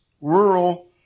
rural